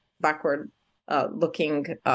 backward-looking